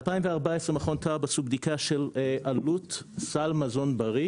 ב-2014 מכון טל עשו בדיקה של עלות סל מזון בריא